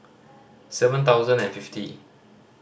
seven thousand and fifty